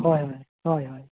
ᱦᱳᱭ ᱦᱳᱭ ᱦᱳᱭ ᱦᱳᱭ